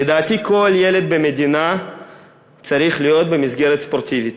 לדעתי כל ילד במדינה צריך להיות במסגרת ספורטיבית.